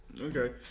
Okay